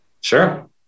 sure